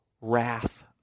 wrath